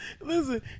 listen